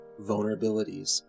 vulnerabilities